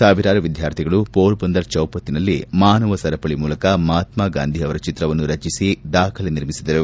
ಸಾವಿರಾರು ವಿದ್ಗಾರ್ಥಿಗಳು ಪೊರಬಂದರ್ ಚೌಪತಿಯಲ್ಲಿ ಮಾನವ ಸರಪಳಿ ಮೂಲಕ ಮಹಾತ್ಗಾಂಧಿ ಅವರ ಚಿತ್ರವನ್ನು ರಚಿಸಿ ದಾಖಲೆ ನಿರ್ಮಿಸಿದರು